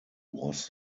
was